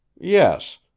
Yes